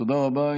תודה רבה.